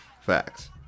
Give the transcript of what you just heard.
Facts